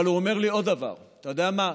אבל הוא אומר לי עוד דבר: אתה יודע מה,